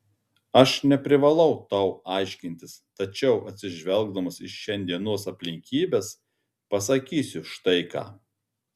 aš neprivalau tau aiškintis tačiau atsižvelgdamas į šiandienos aplinkybes pasakysiu štai ką